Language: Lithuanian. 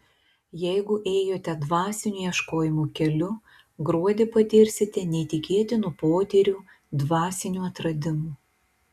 jeigu ėjote dvasinių ieškojimų keliu gruodį patirsite neįtikėtinų potyrių dvasinių atradimų